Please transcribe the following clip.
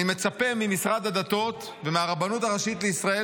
אני מצפה ממשרד הדתות ומהרבנות הראשית לישראל